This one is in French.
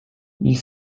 ils